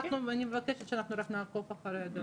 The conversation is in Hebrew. אני מבקשת שאנחנו רק נעקוב אחרי הדברים.